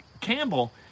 Campbell